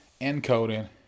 encoding